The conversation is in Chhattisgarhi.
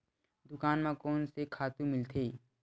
दुकान म कोन से खातु मिलथे?